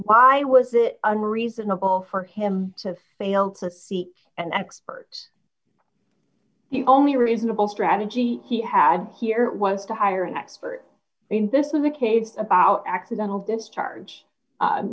why was it unreasonable for him to fail to seek an expert the only reasonable strategy he had here was to hire an expert in this is a case about accidental discharge